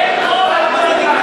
אין רוב לקואליציה,